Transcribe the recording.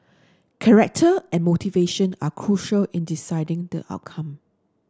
character and motivation are crucial in deciding the outcome